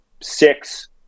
six